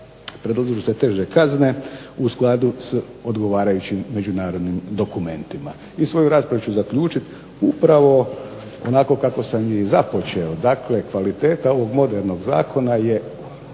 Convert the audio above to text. se./… teže kazne u skladu s odgovarajućim međunarodnim dokumentima. I svoju raspravu ću zaključiti upravo onako kako sam je i započeo, dakle kvaliteta ovog modernog zakona je